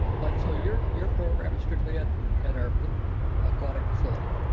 but so your your program is strictly at at our aquatic facility?